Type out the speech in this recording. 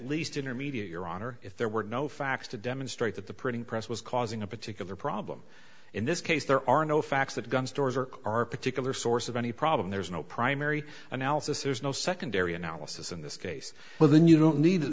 least intermediate your honor if there were no facts to demonstrate that the printing press was causing a particular problem in this case there are no facts that gun stores are our particular source of any problem there's no primary analysis there's no secondary analysis in this case well then you don't need